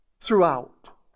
throughout